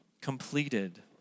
completed